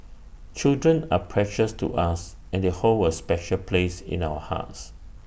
children are precious to us and they hold A special place in our hearts